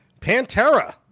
Pantera